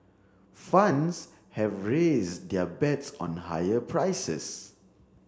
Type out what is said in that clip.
funds have raised their bets on higher prices